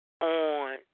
on